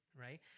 right